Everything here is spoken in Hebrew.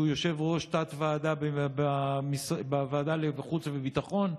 שהוא יושב-ראש תת-ועדה בוועדת החוץ והביטחון,